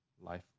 life